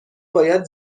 باید